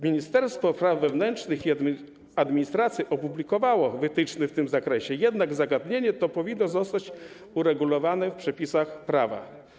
Ministerstwo Spraw Wewnętrznych i Administracji opublikowało wytyczne w tym zakresie, jednak zagadnienie to powinno zostać uregulowane w przepisach prawa.